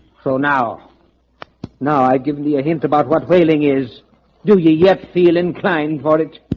so now now i give me a hint about what whaling is do you yet feel inclined for it.